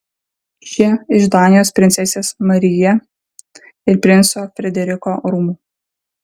ši iš danijos princesės maryje ir princo frederiko rūmų